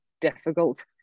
difficult